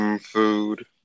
food